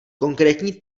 konkrétní